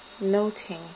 noting